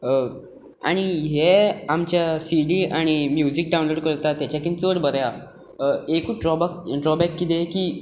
आनी हें आमच्या सिडी आनी म्युजीक डावनलोड करता ताच्याकीन चड बरें आसा एकूत ड्रॉबक ड्रॉबॅक कितें की